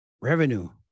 revenue